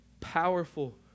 powerful